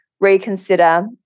reconsider